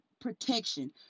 protection